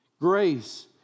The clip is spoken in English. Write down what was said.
Grace